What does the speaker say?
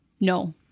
No